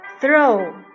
throw